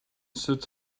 sits